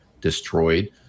destroyed